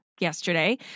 yesterday